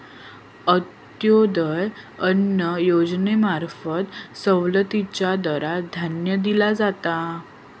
अंत्योदय अन्न योजनेंमार्फत सवलतीच्या दरात धान्य दिला जाता